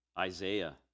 Isaiah